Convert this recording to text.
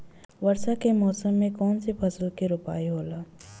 वर्षा के मौसम में कौन सा फसल के रोपाई होला?